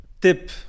tip